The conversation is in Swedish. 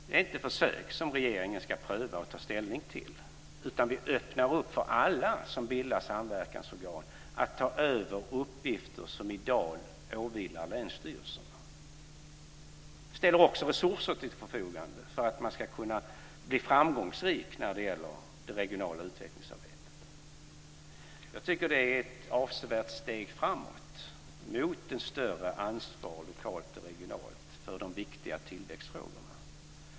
Det är inte försök som regeringen ska pröva och ta ställning till, utan vi öppnar upp för alla som bildar samverkansorgan att ta över uppgifter som i dag åvilar länsstyrelserna. Vi ställer också resurser till förfogande för att man ska kunna bli framgångsrik i det regionala utvecklingsarbetet. Jag tycker att detta är ett avsevärt steg framåt, mot ett större ansvar lokalt och regionalt för de viktiga tillväxtfrågorna.